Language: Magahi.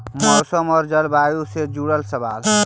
मौसम और जलवायु से जुड़ल सवाल?